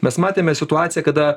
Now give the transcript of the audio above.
mes matėme situaciją kada